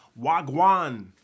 Wagwan